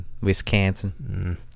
Wisconsin